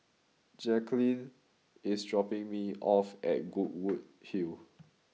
Jacalyn is dropping me off at Goodwood Hill